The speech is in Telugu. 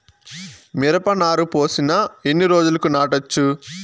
మిరప నారు పోసిన ఎన్ని రోజులకు నాటచ్చు?